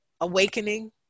awakening